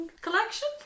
collection